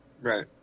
Right